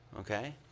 Okay